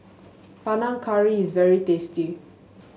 Panang Curry is very tasty